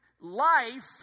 life